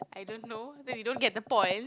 I don't know then you don't get the point